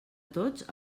tots